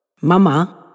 Mama